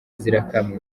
zirakamwa